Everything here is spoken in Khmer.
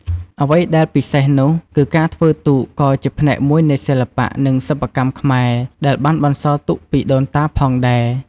អ្វីដែលពិសេសនោះគឺការធ្វើទូកក៏ជាផ្នែកមួយនៃសិល្បៈ និងសិប្បកម្មខ្មែរ ដែលបានបន្សល់ទុកពីដូនតាផងដែរ។